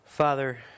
Father